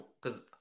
Cause